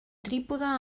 trípode